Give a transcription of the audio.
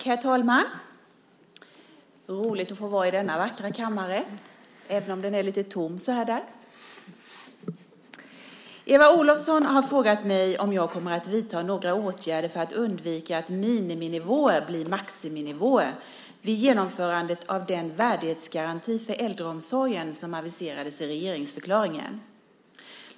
Herr talman! Det är roligt att få vara i denna vackra kammare även om den är lite tom så här dags. Eva Olofsson har frågat mig om jag kommer att vidta några åtgärder för att undvika att miniminivåer blir maximinivåer vid genomförandet av den värdighetsgaranti för äldreomsorgen som aviserades i regeringsförklaringen.